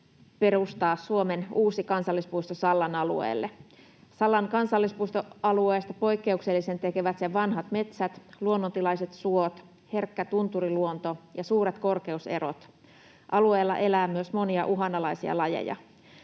perustaa Suomeen uusi kansallispuisto Sallan alueelle. Sallan kansallispuistoalueesta poikkeuksellisen tekevät sen vanhat metsät, luonnontilaiset suot, herkkä tunturiluonto ja suuret korkeuserot. Alueella elää myös monia uhanalaisia lajeja.